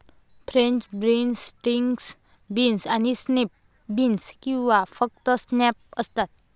French beans, string beans आणि snap beans किंवा फक्त स्नॅप्स असतात